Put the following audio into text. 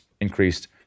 increased